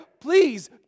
Please